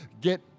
get